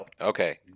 okay